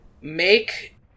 make